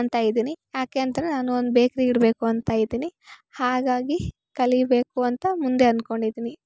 ಅಂತ ಇದೀನಿ ಯಾಕೆ ಅಂತ ನಾನು ಒಂದು ಬೇಕ್ರಿ ಇಡಬೇಕು ಅಂತ ಇದೀನಿ ಹಾಗಾಗಿ ಕಲಿಬೇಕು ಅಂತ ಮುಂದೆ ಅನ್ಕೊಂಡಿದೀನಿ